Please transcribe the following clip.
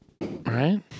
Right